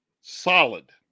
solid